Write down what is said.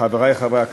חברי חברי הכנסת,